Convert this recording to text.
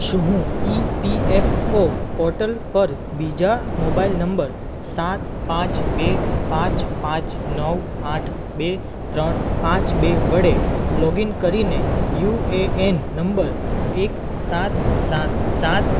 શું હું EPFO portal પર બીજા મોબાઈલ નંબર સાત પાંચ બે પાંચ પાંચ નવ આઠ બે ત્રણ પાંચ બે વડે લોગઇન કરીને યુએએન નંબર એક સાત સાત સાત